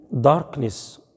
darkness